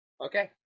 Okay